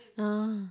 !huh!